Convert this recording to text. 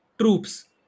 troops